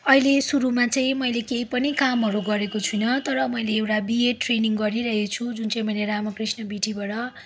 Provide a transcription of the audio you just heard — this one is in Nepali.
अहिले सुरुमा चाहिँ मैले केही पनि कामहरू गरेको छुइनँ तर मैले एउटा बिएड ट्रेनिङ गरिरहेछु त्यो मैले रामकृष्ण बिटीबाट